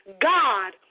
God